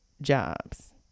jobs